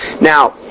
Now